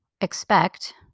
expect